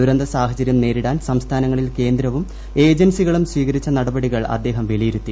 ദുരന്ത സാഹചര്യം നേരിടാൻ സംസ്ഥാനങ്ങളിൽ കേന്ദ്രവും ഏജൻസികളും സ്വീകരിച്ച നടപടികൾ അദ്ദേഹം വിലയിരുത്തി